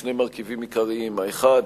שני מרכיבים עיקריים: האחד,